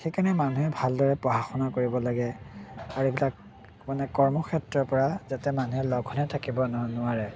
সেইকাৰণে মানুহে ভালদৰে পঢ়া শুনা কৰিব লাগে আৰু এইবিলাক মানে কৰ্মক্ষেত্ৰৰ পৰা যাতে মানুহে লঘোণে থাকিব নোৱাৰে